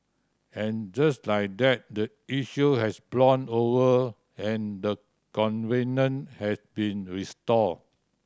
and just like that the issue has blown over and the covenant has been restored